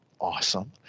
awesome